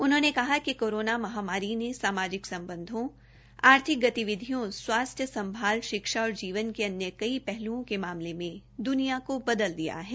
उन्होंने कहा कि कोरोना महामारी ने सामाजिक सम्बधों आर्थिक गतिविधियों स्वास्थ्य देखभाल शिक्षा और जीवन के अन्य कई पहल्ओं के मामले मे द्रनिया को बदल दिया है